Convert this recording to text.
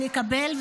אני אקבל,